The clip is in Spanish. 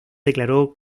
declaró